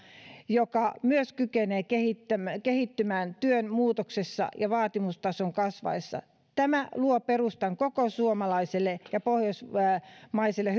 joka myös kykenee kehittymään työn muutoksessa ja vaatimustason kasvaessa tämä luo perustan koko suomalaiselle ja pohjoismaiselle